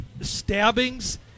stabbings